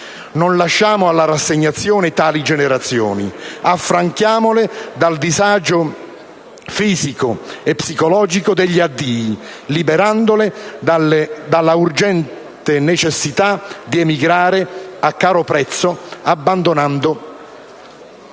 Non lasciamo alla rassegnazione tali generazioni; affranchiamole dal disagio fisico e psicologico degli addii, liberandole dall'urgente necessità di emigrare a caro prezzo abbandonando gli